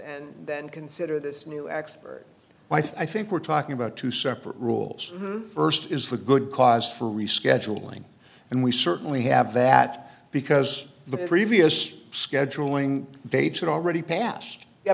and then consider this new expert i think we're talking about two separate rules first is the good cause for rescheduling and we certainly have that because the previous scheduling date it already passed ye